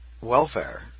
welfare